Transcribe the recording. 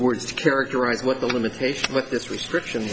words to characterize what the limitations what this restriction